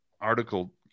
article